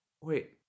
wait